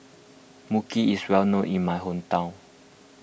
Mui Kee is well known in my hometown